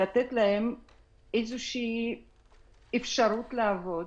לתת להם איזושהי אפשרות לעבוד,